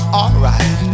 alright